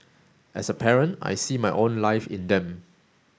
as a parent I see my own life in them